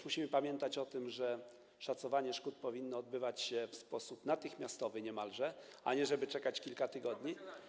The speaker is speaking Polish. Musimy też pamiętać o tym, że szacowanie szkód powinno odbywać się w sposób natychmiastowy niemalże, a nie tak, żeby czekać na to kilka tygodni.